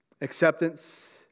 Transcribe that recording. Acceptance